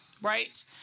Right